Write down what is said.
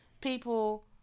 people